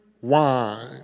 wine